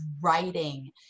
writing